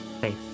safe